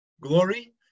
glory